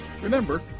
Remember